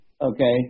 okay